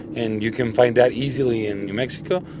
and you can find that easily in new mexico,